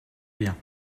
bien